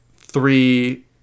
three